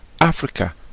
africa